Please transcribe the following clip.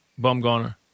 Bumgarner